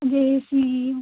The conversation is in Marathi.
जे स्कीम